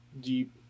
deep